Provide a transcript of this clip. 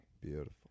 Beautiful